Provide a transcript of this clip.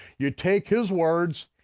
you take his words,